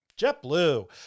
JetBlue